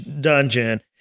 dungeon